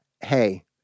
Hey